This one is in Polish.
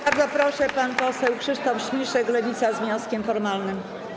Bardzo proszę, pan poseł Krzysztof Śmiszek, Lewica, z wnioskiem formalnym.